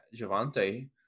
javante